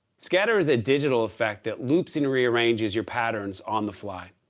scatter is a digital effect that loops and rearranges your patterns on the fly.